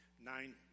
nine